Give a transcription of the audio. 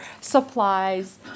supplies